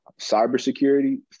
cybersecurity